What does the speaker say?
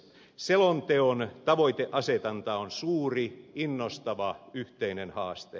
selonteon tavoiteasetanta on suuri innostava yhteinen haaste